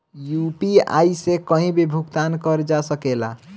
UPI से कहीं भी भुगतान कर जा सकेला?